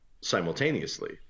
simultaneously